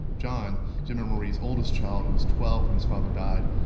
john, jim and marie's oldest child who was twelve when his father died,